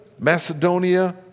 Macedonia